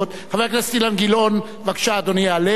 חבר הכנסת גילאון, בבקשה, אדוני יעלה.